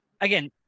Again